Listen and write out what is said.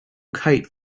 kite